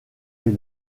est